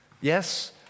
yes